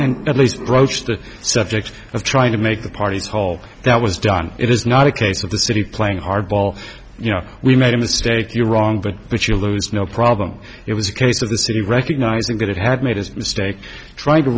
and at least broach the subject of trying to make the parties whole that was done it is not a case of the city playing hardball you know we made a mistake you're wrong but what you lose no problem it was a case of the city recognizing that it had made a mistake trying to